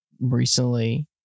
recently